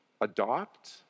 adopt